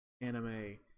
anime